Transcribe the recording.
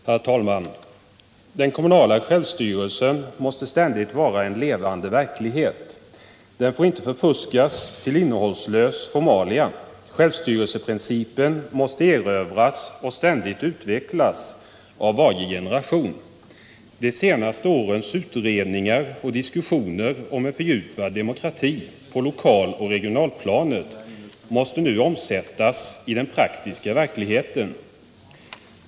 Herr talman! Den kommunala självstyrelsen måste ständigt vara en levande verklighet. Den får inte förfuskas till innehållslösa formalia. Självstyrelseprincipen måste erövras och ständigt utvecklas av varje generation. De senaste årens utredningar och diskussioner om en fördjupad demokrati på lokaloch regionalplanet måste nu omsättas i den praktiska verkligheten.